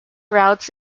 routes